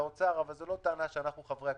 אלה הם חייך.